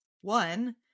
One